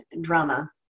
drama